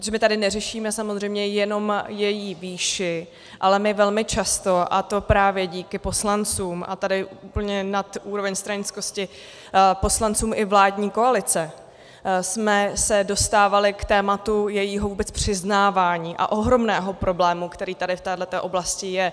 Protože my tady neřešíme samozřejmě jenom její výši, ale my velmi často, a to právě díky poslancům, a tady úplně nad úroveň stranickosti, poslancům i vládní koalice, jsme se dostávali k tématu jejího vůbec přiznávání a ohromného problému, který tady v této oblasti je.